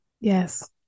Yes